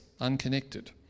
unconnected